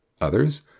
Others